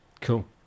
cool